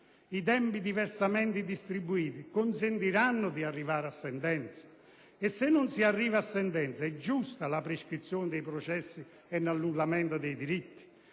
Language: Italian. i tempi diversamente distribuiti consentiranno di arrivare a sentenza? E se non si arriva a sentenza, è giusta la prescrizione dei processi, l'annullamento dei diritti?